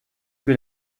que